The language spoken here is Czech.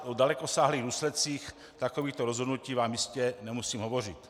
O dalekosáhlých důsledcích takovýchto rozhodnutí vám jistě nemusím hovořit.